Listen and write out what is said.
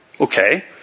Okay